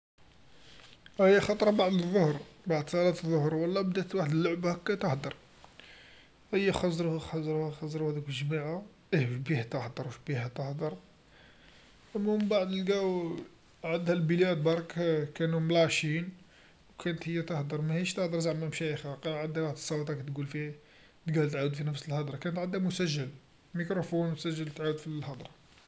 أيا خطرا بعد الظهر، بعد صلاة الظهر ولا، بدات وحد اللعبه كتهدر، أيا خزرو خزرو خزرو هاذوك الجماعه، إيه واش بيها تهدر واش بيها تهدر، و منبعد لقاو عندها البيام برك كانو ملاشيين و كانت هي تهدر، ماهيش تهدر زعما بشايخا، قاعد عندها وحد الصوت راه تقول فيه، تلقاها تعاود في نفس الهدرا كان عندها مسجل، ميكروفون مسجل تعاود في الهدرا.